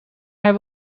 hij